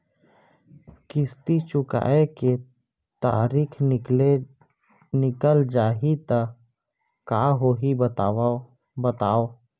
किस्ती चुकोय के तारीक निकल जाही त का होही बताव?